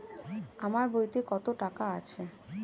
আমার বইতে কত টাকা আছে?